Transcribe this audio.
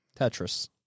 Tetris